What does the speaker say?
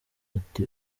ati